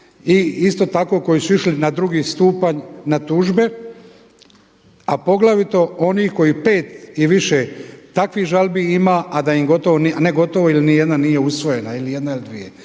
i isto tako koji su išli na drugi stupanj na tužbe, a poglavito oni koji pet i više takvih žalbi ima, a da im gotovo, ne gotovo nego ili nijedna nije usvojena ili jedna, ili dvije.